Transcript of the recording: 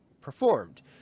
performed